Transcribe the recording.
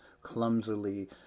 clumsily